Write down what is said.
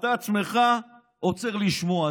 אתה עצמך עוצר לשמוע,